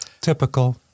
Typical